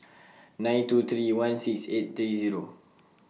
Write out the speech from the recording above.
nine two three one six eight three Zero